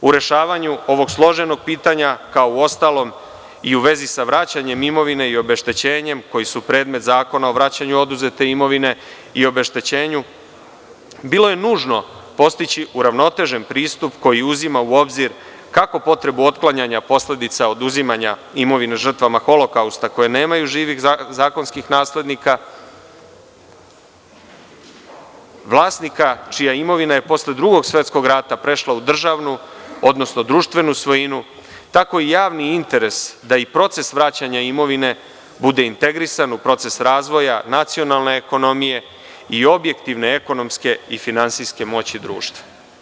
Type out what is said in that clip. U rešavanju ovog složenog pitanja, kao uostalom i u vezi sa vraćanjem imovine i obeštećenjem, koji su predmet Zakona o vraćanju oduzete imovine i obeštećenju, bilo je nužno postići uravnotežen pristup koji uzima u obzir kako potrebu otklanjanja posledica oduzimanja imovine žrtvama Holokausta koje nemaju živih zakonskih naslednika, vlasnika čija imovina je posle Drugog svetskog rata prešla u državnu, odnosno društvenu svojinu, tako i javni interes da i proces vraćanja imovine bude integrisan u proces razvoja nacionalne ekonomije i objektivne ekonomske i finansijske moći društva.